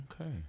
Okay